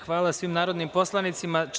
Hvala svim narodnim poslanicima.